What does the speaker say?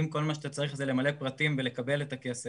אם כל מה שאתה צריך זה למלא פרטים ולקבל את הכסף,